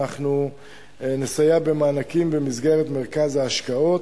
אנחנו נסייע במענקים במסגרת מרכז ההשקעות,